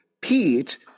Pete